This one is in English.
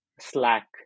slack